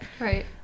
right